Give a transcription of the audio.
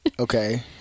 Okay